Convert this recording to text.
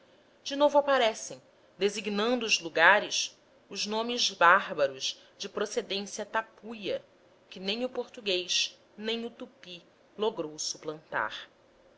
de novo aparecem designando os lugares os nomes bárbaros de procedência tapuia que nem o português nem o tupi logrou suplantar